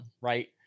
right